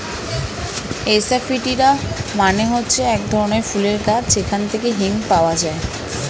asafoetida মানে হচ্ছে এক ধরনের ফুলের গাছ যেখান থেকে হিং পাওয়া যায়